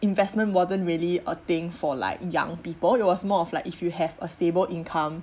investment wasn't really a thing for like young people it was more of like if you have a stable income